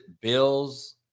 Bills